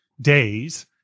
days